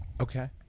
Okay